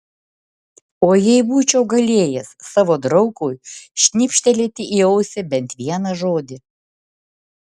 o jei būčiau galėjęs savo draugui šnibžtelėti į ausį bent vieną žodį